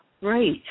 right